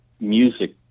music